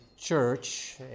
church